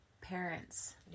parents